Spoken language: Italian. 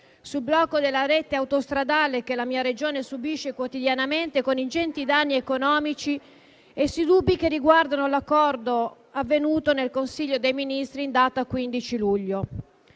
sul blocco della rete autostradale che la mia Regione subisce quotidianamente, con ingenti danni economici, e sui dubbi che riguardano l'accordo siglato nel Consiglio dei ministri in data 15 luglio